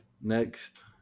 Next